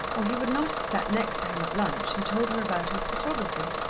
or he would not have sat next her at lunch and told her about his photography,